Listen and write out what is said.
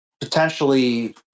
Potentially